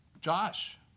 Josh